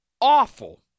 awful